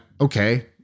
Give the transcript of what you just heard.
okay